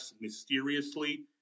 mysteriously